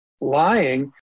lying